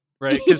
right